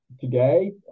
Today